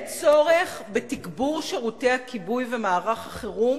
צורך בתגבור שירותי הכיבוי ומערך החירום?